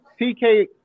TK